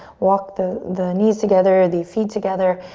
walk the the knees together, the feet together,